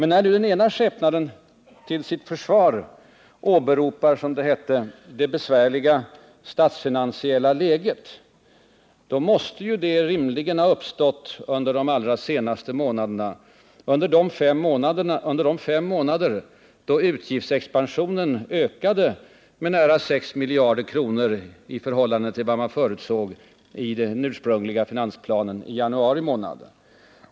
När nu den ena skepnaden till sitt försvar åberopar, som det heter, det besvärliga statsfinansiella läget, måste ju detta läge rimligen ha uppstått under de allra senaste månaderna, under de fem månader då utgiftsexpansionen ökade med nära 6 miljarder kronor i förhållande till vad man förutsåg i den ursprungliga finansplanen i januari månad.